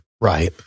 Right